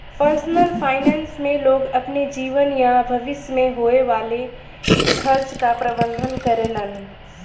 personal finance में लोग अपने जीवन या भविष्य में होये वाले खर्चा क प्रबंधन करेलन